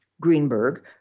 Greenberg